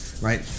right